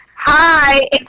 Hi